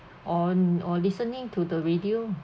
on or listening to the radio ah